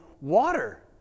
water